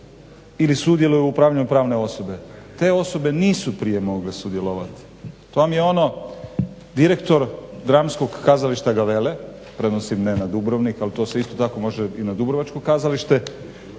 ili sudjeluju u upravljanju pravne osobe", te osobe nisu mogle prije sudjelovati. To vam je ono direktor Dramskog kazališta Gavele prenosim ne na Dubrovnik ali to se isto tako može i na dubrovačko kazalište,